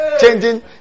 changing